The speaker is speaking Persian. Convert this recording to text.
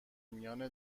میان